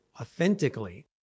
authentically